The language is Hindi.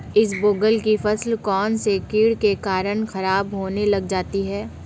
इसबगोल की फसल कौनसे कीट के कारण खराब होने लग जाती है?